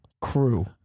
crew